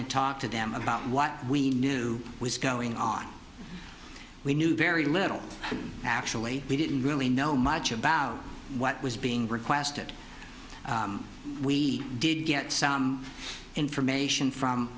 and talk to them about what we knew was going on we knew very little actually we didn't really know much about what was being requested we did get some information from